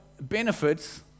benefits